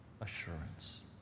assurance